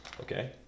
Okay